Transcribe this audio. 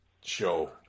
show